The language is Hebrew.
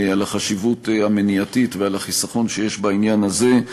לגבי חשיבות המניעה והחיסכון שיש בעניין הזה.